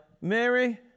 Mary